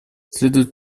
следует